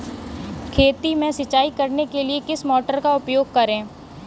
खेत में सिंचाई करने के लिए किस मोटर का उपयोग करें?